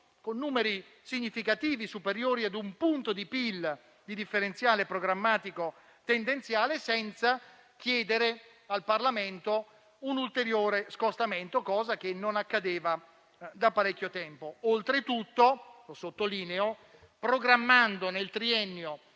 con numeri significativi superiori a un punto di PIL di differenziale programmatico tendenziale, senza chiedere al Parlamento un ulteriore scostamento, cosa che non accadeva da parecchio tempo. Questo, oltretutto - lo sottolineo - programmando nel triennio